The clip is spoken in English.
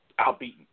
outbeaten